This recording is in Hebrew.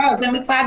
למשרד